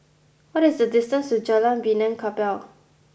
what is the distance to Jalan Benaan Kapal